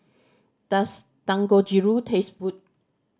does Dangojiru taste good